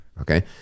okay